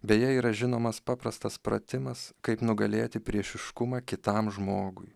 beje yra žinomas paprastas pratimas kaip nugalėti priešiškumą kitam žmogui